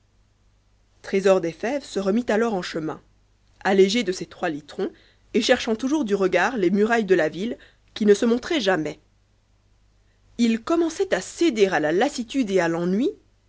trésor des fèves se remit alors en chemin allégé de ses trois titrons et cherchant toujours du regard tes murailles de la ville qui ne se montraient jamais m commençait à céder à la lassitude et à l'ennui